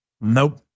Nope